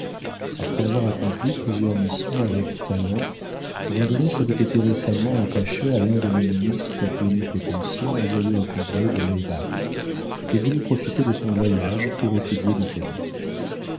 après avoir accompli plusieurs missions avec talent vandenesse avait été récemment attaché à l'un de nos ministres plénipotentiaires envoyés au congrès de laybach et voulait profiter de son voyage pour étudier l'italie